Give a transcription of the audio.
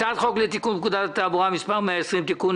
הצעת חוק לתיקון פקודת התעבורה (מס' 120) (תיקון),